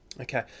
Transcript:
Okay